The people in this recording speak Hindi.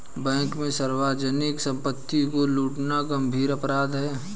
बैंक में सार्वजनिक सम्पत्ति को लूटना गम्भीर अपराध है